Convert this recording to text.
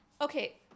Okay